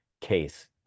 case